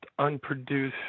unproduced